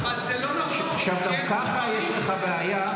גם ככה יש לך בעיה.